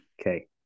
Okay